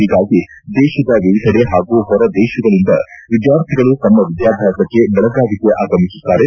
ಹೀಗಾಗಿ ದೇತದ ವಿವಿಧೆಡೆ ಹಾಗೂ ಹೊರ ದೇಶಗಳಿಂದ ವಿದ್ಯಾರ್ಥಿಗಳು ತಮ್ಮ ವಿದ್ಯಾಭ್ಯಾಸಕ್ಕೆ ಬೆಳಗಾವಿಗೆ ಆಗಮಿಸುತ್ತಾರೆ